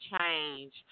change